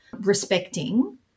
respecting